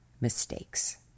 mistakes